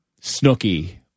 snooky